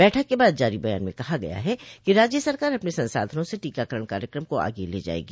बैठक के बाद जारी बयान में कहा गया है कि राज्य सरकार अपने संसाधनों से टीकाकरण कार्यक्रम को आगे ले जाएगी